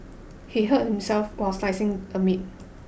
he hurt himself while slicing a meat